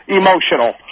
emotional